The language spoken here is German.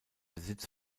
besitz